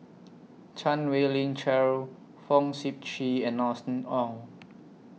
Chan Wei Ling Cheryl Fong Sip Chee and Austen Ong